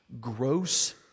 gross